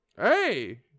Hey